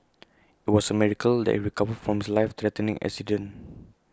IT was A miracle that he recovered from his life threatening accident